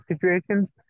situations